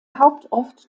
hauptort